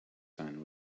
son